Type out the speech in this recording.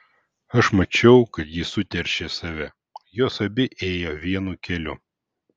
aš mačiau kad ji suteršė save jos abi ėjo vienu keliu